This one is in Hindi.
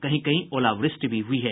कहीं कहीं ओलावृष्टि भी हुई है